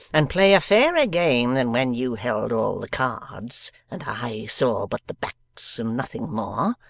and play a fairer game than when you held all the cards, and i saw but the backs and nothing more.